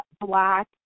black